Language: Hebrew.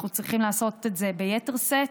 אנחנו צריכים לעשות את זה ביתר שאת,